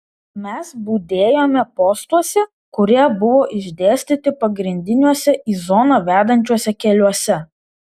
mes budėjome postuose kurie buvo išdėstyti pagrindiniuose į zoną vedančiuose keliuose